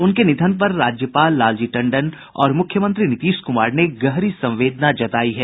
उनके निधन पर राज्यपाल लालजी टंडन और मुख्यमंत्री नीतीश कुमार ने गहरी संवेदना जतायी है